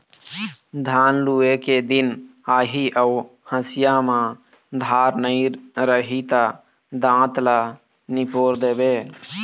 धान लूए के दिन आही अउ हँसिया म धार नइ रही त दाँत ल निपोर देबे